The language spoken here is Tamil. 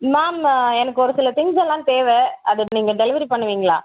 மேம் எனக்கு ஒரு சில திங்ஸ் எல்லாம் தேவை அதை நீங்கள் டெலிவரி பண்ணுவீங்களா